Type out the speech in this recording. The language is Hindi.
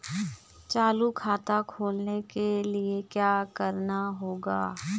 चालू खाता खोलने के लिए क्या करना होगा?